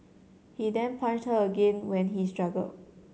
he then punched her again when he struggled